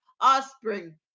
offspring